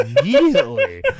immediately